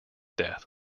death